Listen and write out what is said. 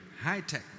high-tech